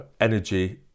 energy